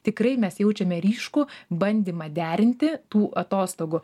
tikrai mes jaučiame ryškų bandymą derinti tų atostogų